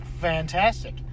Fantastic